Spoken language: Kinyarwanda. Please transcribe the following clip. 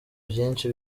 vyinshi